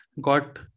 got